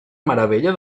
meravella